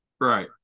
Right